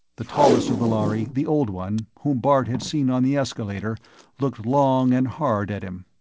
the tallest of the lhari the old one, whom bart had seen on the escalator looked long and hard at him.